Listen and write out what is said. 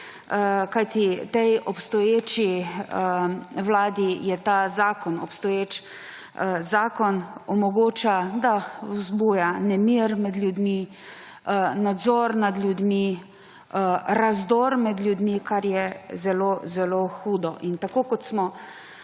narediti. Tej vladi ta obstoječi zakon omogoča, da vzbuja nemir med ljudmi, nadzor nad ljudmi, razdor med ljudmi, kar je zelo zelo hudo. Tako kot smo